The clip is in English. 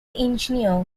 engineer